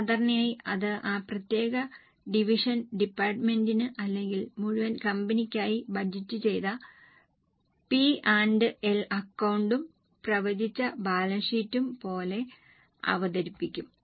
സാധാരണയായി അത് ആ പ്രത്യേക ഡിവിഷൻ ഡിപ്പാർട്ട്മെന്റിന് അല്ലെങ്കിൽ മുഴുവൻ കമ്പനിയ്ക്കായി ബജറ്റ് ചെയ്ത P ആൻഡ് L അക്കൌണ്ടും പ്രവചിച്ച ബാലൻസ് ഷീറ്റും പോലെ അവതരിപ്പിക്കും